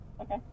Okay